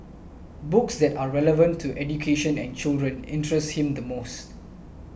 books that are relevant to education and children interest him the most